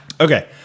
Okay